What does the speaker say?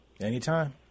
Anytime